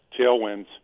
tailwinds